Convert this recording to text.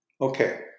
Okay